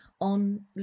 on